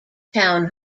town